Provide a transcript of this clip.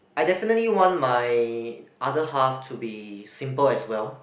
I definitely want my other half to be simple as well